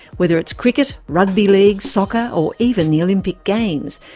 whether it's cricket, rugby league, soccer or even the olympic games,